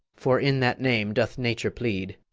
for in that name doth nature plead